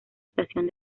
estación